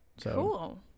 Cool